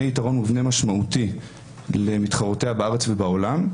יתרון מובנה משמעותי למתחרותיה בארץ ובעולם,